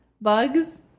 bugs